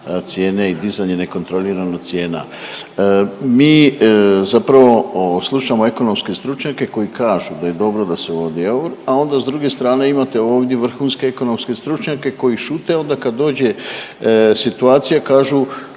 cijene i dizanje nekontrolirano cijena. Mi zapravo slušamo ekonomske stručnjake koji kažu da je dobro da se uvodi eur, a onda s druge strane imate ovdje vrhunske ekonomske stručnjake koji šute, a onda kad dođe situacija kažu